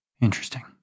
Interesting